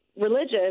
religious